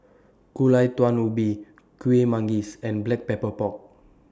Gulai Daun Ubi Kuih Manggis and Black Pepper Pork